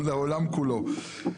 לעולם כולו.